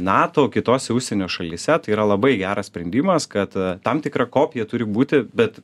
nato kitose užsienio šalyse tai yra labai geras sprendimas kad tam tikra kopija turi būti bet